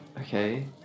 okay